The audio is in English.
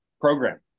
program